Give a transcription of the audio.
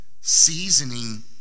Seasoning